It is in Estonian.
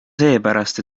seepärast